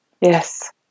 Yes